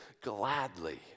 gladly